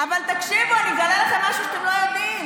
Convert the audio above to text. אבל תקשיבו, אני אגלה לכם משהו שאתם לא יודעים.